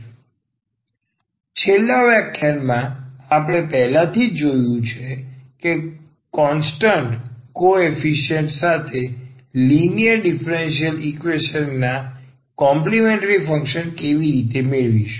N છેલ્લા વ્યાખ્યાનમાં આપણે પહેલાથી જ જોયું છે કે કોન્સ્ટન્ટ કો એફિશિયન્ટ સાથે લિનિયર ડીફરન્સીયલ ઈકવેશન ના કોમ્પલિમેન્ટ્રી ફંક્શન કેવી રીતે મેળવવું